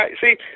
see